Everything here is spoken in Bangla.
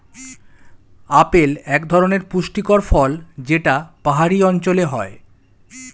আপেল এক ধরনের পুষ্টিকর ফল যেটা পাহাড়ি অঞ্চলে হয়